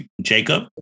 Jacob